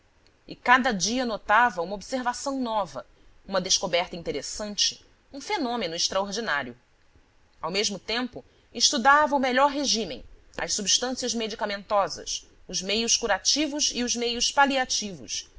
e cada dia notava uma observação nova uma descoberta interessante um fenômeno extraordinário ao mesmo tempo estudava o melhor regímen as substâncias medicamentosas os meios curativos e os meios paliativos